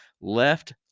left